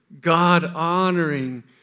God-honoring